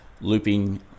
looping